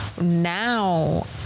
now